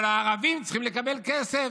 אבל הערבים צריכים לקבל כסף.